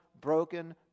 broken